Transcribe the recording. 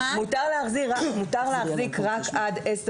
מותר להחזיק רק עד 10